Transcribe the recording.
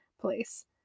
place